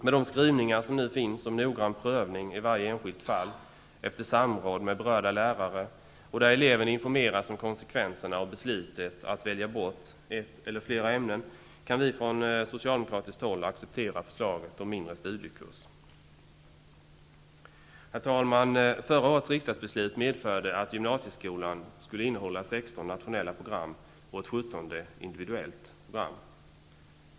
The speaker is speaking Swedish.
Med de skrivningar som nu finns om noggrann prövning i varje enskilt fall efter samråd med berörda lärare, där eleven informeras om konsekvenserna av beslutet att välja bort ett eller flera ämnen, kan vi från socialdemokratiskt håll acceptera förslaget om mindre studiekurs. Herr talman! Förra årets riksdagsbeslut medförde att gymnasieskolan skulle innehålla sexton nationella program och ett sjuttonde individuellt program.